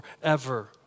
forever